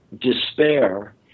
despair